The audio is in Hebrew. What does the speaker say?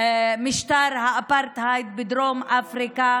משטר האפרטהייד בדרום אפריקה,